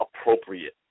appropriate